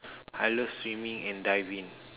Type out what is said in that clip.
I love swimming and diving